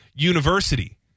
university